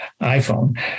iPhone